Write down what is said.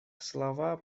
слова